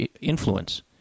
influence